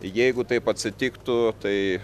jeigu taip atsitiktų tai